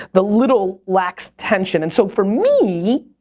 the little lacks tension. and so, for me,